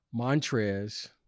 Montrez